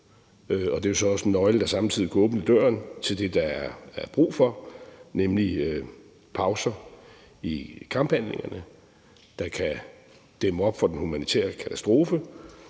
og det er så også en nøgle, der samtidig kan åbne døren til det, der er brug for, nemlig pauser i kamphandlingerne, der kan dæmme op for den humanitære katastrofe